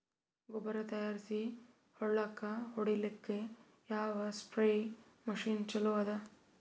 ಗೊಬ್ಬರ ತಯಾರಿಸಿ ಹೊಳ್ಳಕ ಹೊಡೇಲ್ಲಿಕ ಯಾವ ಸ್ಪ್ರಯ್ ಮಷಿನ್ ಚಲೋ ಅದ?